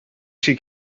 she